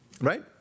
Right